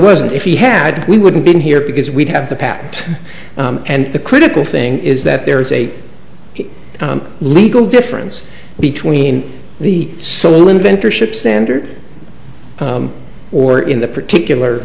wasn't if he had we wouldn't been here because we'd have the patent and the critical thing is that there is a legal difference between the soul inventor ship standard or in the particular